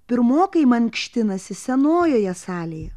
pirmokai mankštinasi senojoje salėj